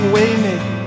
Waymaker